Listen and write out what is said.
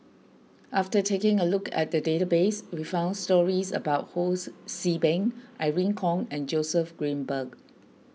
after taking a look at the database we found stories about Hos See Beng Irene Khong and Joseph Grimberg